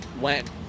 went